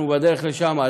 אנחנו בדרך לשם.